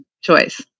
choice